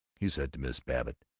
he said to mrs. babbitt.